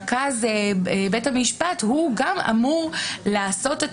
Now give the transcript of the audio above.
רכז בית המשפט הוא גם אמור לעשות את